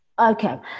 Okay